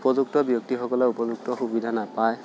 উপযুক্ত ব্যক্তিসকলে উপযুক্ত সুবিধা নাপায়